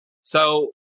So-